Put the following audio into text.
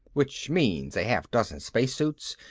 which means a half dozen spacesuits,